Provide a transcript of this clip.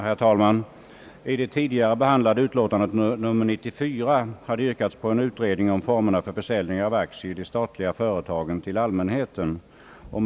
Herr talman! I reservation till statsutskottets tidigare behandlade utlåtan de nr 94 yrkades på en utredning av formerna för försäljning till allmänheten av aktier i de statliga företagen.